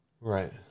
Right